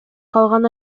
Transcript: калган